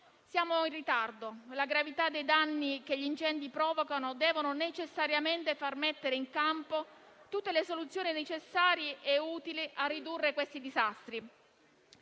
Siamo in ritardo. La gravità dei danni che gli incendi provocano deve necessariamente far mettere in campo tutte le soluzioni necessarie e utili a ridurre questi disastri.